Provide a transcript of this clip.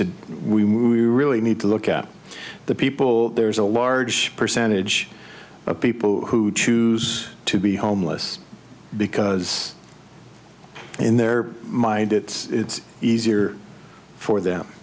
do we really need to look at the people there's a large percentage of people who choose to be homeless because in their mind it's easier for